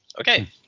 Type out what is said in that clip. okay